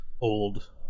old